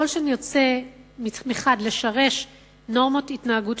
ככל שנרצה מחד גיסא לשרש נורמות התנהגות